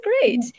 great